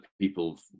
people